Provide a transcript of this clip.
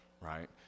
right